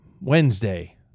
Wednesday